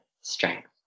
strength